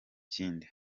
kindi